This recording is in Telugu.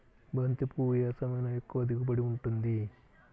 బంతి పువ్వు ఏ సమయంలో ఎక్కువ దిగుబడి ఉంటుంది?